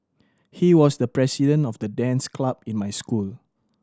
he was the president of the dance club in my school